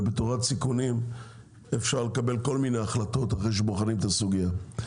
ובתורת סיכונים אפשר לקבל כל מיני החלטות אחרי שבוחנים את הסוגייה.